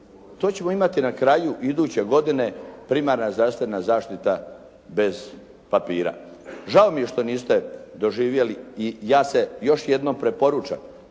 To ćemo imati na kraju iduće godine primarna zdravstvena zaštita bez papira. Žao mi je što niste doživjeli i ja se još jednom preporučam,